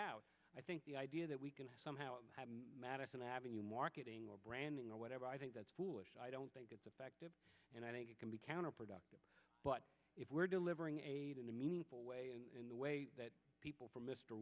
out i think the idea that we can somehow madison avenue marketing or branding or whatever i think that's foolish i don't think it's effective and i think it can be counterproductive but if we're delivering aid in a meaningful way in the way that people from m